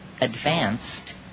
advanced